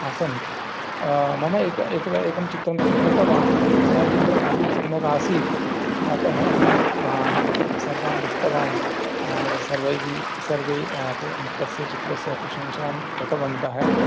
आसम् मम एक एक एकं चित्रं स्वीकृतवान् सः चित्रं बहु सम्यक् आसीत् अतः अहं सर्वान् दृष्टवान् सर्वैः सर्वे तस्य चित्रस्य प्रशंसां कृतवन्तः